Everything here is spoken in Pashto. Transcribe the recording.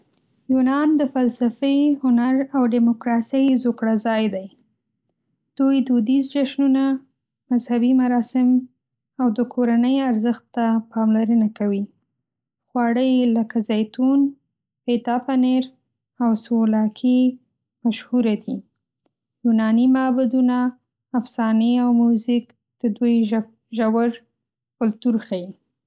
یونان د فلسفې، هنر، او ډیموکراسۍ زوکړه ځای دی. دوی دودیز جشنونه، مذهبي مراسم او د کورنۍ ارزښت ته پاملرنه کوي. خواړه یې لکه زیتون، فېتا پنیر او سوولاکي مشهوره دي. یوناني معبدونه، افسانې او موزیک د دوی ژور کلتور ښيي.